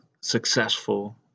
successful